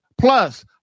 Plus